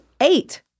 eight